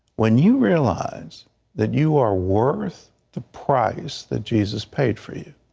when you realize that you are worth the price that jesus paid for you,